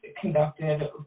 conducted